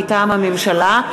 מטעם הממשלה: